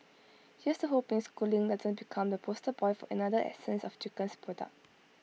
here's to hoping schooling doesn't become the poster boy for another essence of chickens product